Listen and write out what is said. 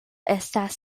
estas